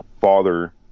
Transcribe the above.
father